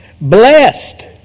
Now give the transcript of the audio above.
Blessed